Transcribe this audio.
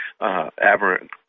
aberrant